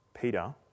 peter